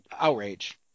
outrage